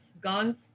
guns